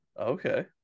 Okay